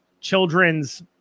children's